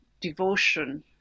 devotion